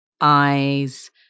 eyes